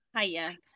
Hiya